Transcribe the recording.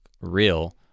real